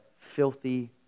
filthy